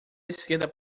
esquerda